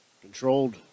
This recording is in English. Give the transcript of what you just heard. controlled